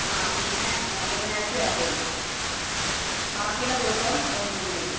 ആ പിന്നെ ബുധനാഴ്ച വേറെ ആയിരിക്കും ബാക്കി എല്ലാ ദിവസം ഒന്നുതന്നെ ആയിരിക്കും